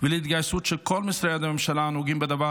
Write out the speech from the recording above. ובהתגייסות של כל משרדי הממשלה הנוגעים בדבר